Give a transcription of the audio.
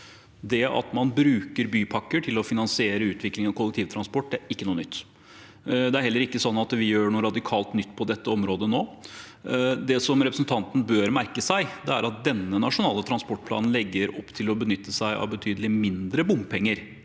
Det at man bruker bypakker til å finansiere utvikling av kollektivtransport, er ikke noe nytt. Det er heller ikke sånn at vi gjør noe radikalt nytt på dette området nå. Det representanten bør merke seg, er at denne nasjonale transportplanen legger opp til å benytte seg av betydelig mindre bompenger